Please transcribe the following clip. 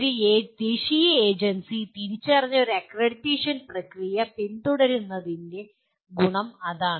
ഒരു ദേശീയ ഏജൻസി തിരിച്ചറിഞ്ഞ ഒരു അക്രഡിറ്റേഷൻ പ്രക്രിയ പിന്തുടരുന്നതിന്റെ ഗുണം അതാണ്